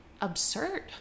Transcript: absurd